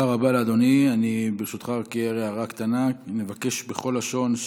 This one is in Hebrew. נוסף על כך אני מציעה להקים מרכזים מיוחדים להכשרה מקצועית לאומית